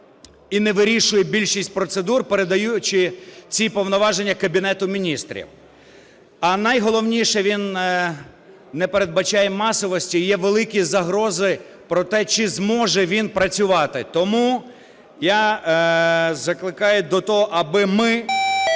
і не вирішує більшість процедур, передаючи ці повноваження Кабінету Міністрів. А найголовніше, він не передбачає масовості. І є великі загрози про те, чи зможе він працювати. Тому я закликаю до того, аби ми